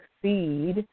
succeed